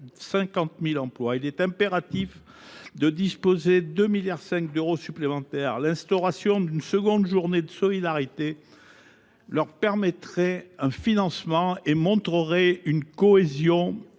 50 000 emplois. Il est impératif de disposer de 2,5 milliards d’euros supplémentaires par an. L’instauration d’une seconde journée de solidarité permettrait ce financement et montrerait une cohésion